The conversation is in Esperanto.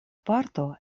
parto